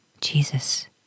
Jesus